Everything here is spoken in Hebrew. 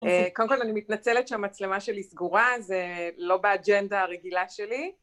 קודם כל אני מתנצלת שהמצלמה שלי סגורה, זה לא באג'נדה הרגילה שלי.